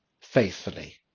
faithfully